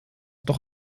doch